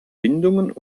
windungen